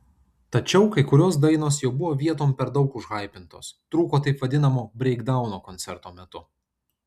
tačiau kai kurios dainos jau buvo vietom per daug užhaipintos trūko taip vadinamo breikdauno koncerto metu